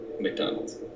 McDonald's